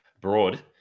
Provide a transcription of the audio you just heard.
broad